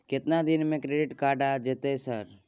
केतना दिन में क्रेडिट कार्ड आ जेतै सर?